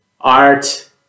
art